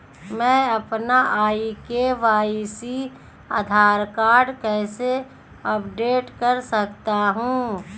मैं अपना e KYC Aadhaar card कैसे अपडेट कर सकता हूँ?